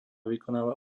vykonáva